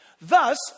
Thus